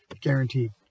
guaranteed